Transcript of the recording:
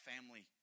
family